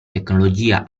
tecnologia